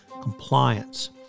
compliance